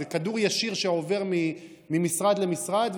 זה כדור ישיר שעובר ממשרד למשרד,